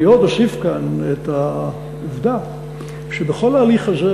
אני עוד אוסיף כאן את העובדה שבכל ההליך הזה